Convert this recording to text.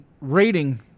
rating